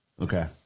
Okay